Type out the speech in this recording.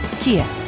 Kia